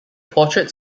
portraits